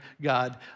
God